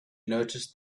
noticed